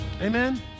Amen